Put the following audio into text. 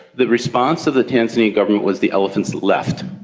the response of the tanzania government was the elephants left.